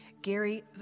Gary